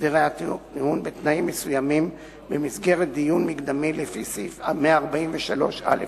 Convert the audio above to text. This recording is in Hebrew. בהסדרי טיעון בתנאים מסוימים במסגרת דיון מקדמי לפי סעיף 143א לחוק.